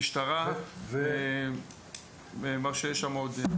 משטרה ויש שם עוד.